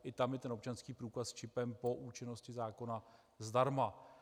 I tam je občanský průkaz s čipem po účinnosti zákona zdarma.